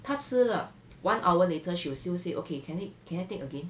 她吃了 one hour later she will still say okay can it can I take again